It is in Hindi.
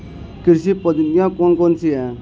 कृषि पद्धतियाँ कौन कौन सी हैं?